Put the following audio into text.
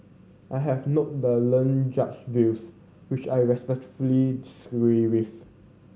I have noted the learned Judge views which I respectfully disagree with